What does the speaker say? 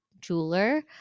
jeweler